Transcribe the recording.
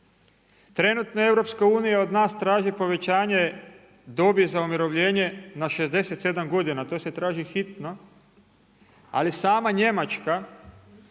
Trenutno EU od nas traži povećanje dobi za umirovljenje na 67 godina, to se traži hitno. Ali sama Njemačka